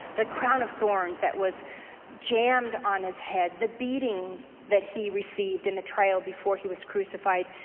the crown of thorns that was jammed on his head, the beating that he received in the trial before he was crucified.